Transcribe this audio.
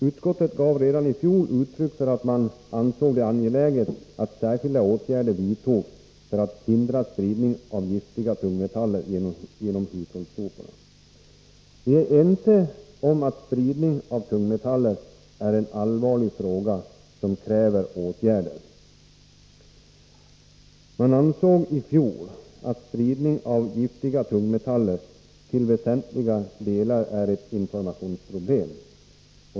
Utskottet gav redan i fjol uttryck åt uppfattningen att det är angeläget att särskilda åtgärder vidtas för att hindra spridning av giftiga tungmetaller genom hushållssoporna. Vi är ense om att spridning av tungmetaller är en allvarlig fråga som kräver åtgärder. Man framhöll i fjol att spridning av giftiga tungmetaller till väsentlig del är ett informationsproblem.